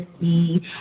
see